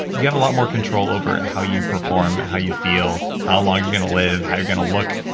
you have a lot more control over how you perform, how you feel, how long you're gonna live, how you're gonna look,